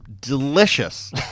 delicious